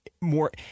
more